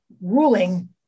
ruling